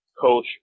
coach